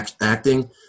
acting